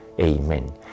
Amen